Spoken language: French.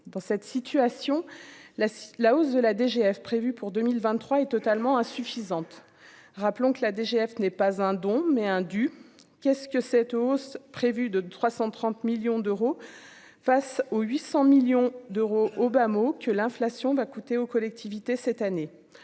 dans cette situation-là, la hausse de la DGF prévue pour 2023 est totalement insuffisante, rappelons que la DGF n'est pas un don mais un du qu'est-ce que cette hausse prévue de 330 millions d'euros face au 800 millions d'euros au bas mot, que l'inflation va coûter aux collectivités, cette année,